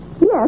Yes